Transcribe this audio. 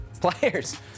players